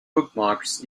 bookmarks